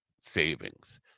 savings